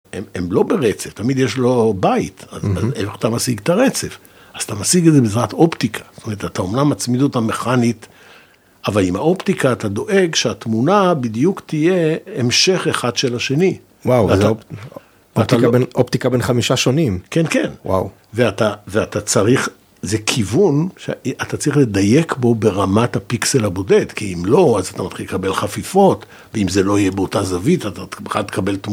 אם לא ברצף תמיד יש לו בית איך אתה משיג את הרצף אז אתה משיג את זה בעזרת אופטיקה. זאת אומרת אתה אומנם מצמיד אותה מכנית. אבל עם האופטיקה אתה דואג שהתמונה בדיוק תהיה המשך אחד של השני. וואו, אתה אתה מקבל אופטיקה בין חמישה שונים כן כן וואו, ואתה ואתה צריך זה כיוון שאתה צריך לדייק בו ברמת הפיקסל הבודד כי אם לא אז אתה מתחיל לקבל חפיפות ואם זה לא יהיה באותה זווית אתה בכלל תקבל תמונה.